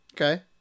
Okay